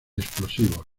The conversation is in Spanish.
explosivos